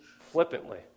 flippantly